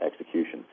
execution